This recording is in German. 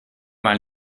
mal